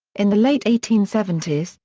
in the late eighteen seventy s,